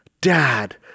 dad